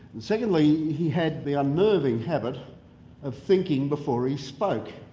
secondly, he had the unnerving habit of thinking before he spoke,